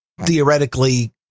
theoretically